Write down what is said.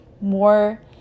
more